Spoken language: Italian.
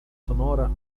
sonora